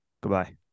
goodbye